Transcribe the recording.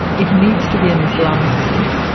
it needs to be an islamic state,